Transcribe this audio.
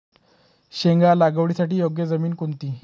शेंग लागवडीसाठी योग्य जमीन कोणती?